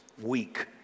weak